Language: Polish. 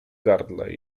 gardle